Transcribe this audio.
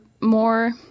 more